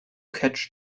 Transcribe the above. catch